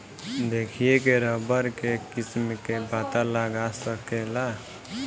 देखिए के रबड़ के किस्म के पता लगा सकेला